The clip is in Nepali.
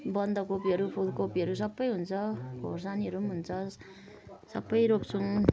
बन्दकोपीहरू फुलकोपीहरू सबै हुन्छ खोर्सानीहरू पनि हुन्छ सबै रोप्छौँ